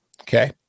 Okay